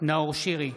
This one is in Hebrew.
נאור שירי,